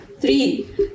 three